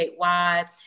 statewide